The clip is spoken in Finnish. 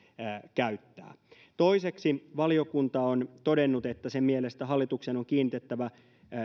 käyttää toiseksi valiokunta on todennut että sen mielestä hallituksen on kiinnitettävä